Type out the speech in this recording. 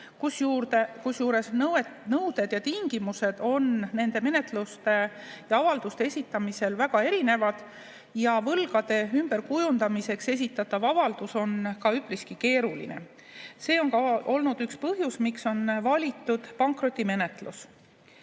kusjuures nõuded ja tingimused on nende menetluste avalduste esitamisel väga erinevad ja võlgade ümberkujundamiseks esitatav avaldus on üpriski keeruline. See on olnud üks põhjus, miks on valitud pankrotimenetlus. Eelnõuga